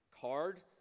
card